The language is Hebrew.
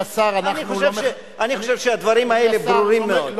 אני חושב שהדברים האלה ברורים מאוד.